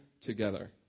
together